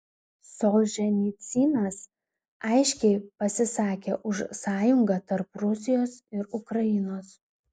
solženicynas aiškiai pasisakė už sąjungą tarp rusijos ir ukrainos